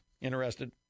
interested